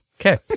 Okay